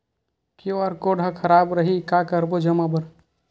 QR code हा खराब रही का करबो जमा बर?